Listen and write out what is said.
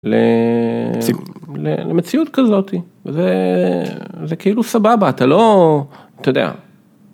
למציאות כזאתי זה זה כאילו סבבה אתה לא, אתה יודע...